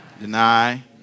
Deny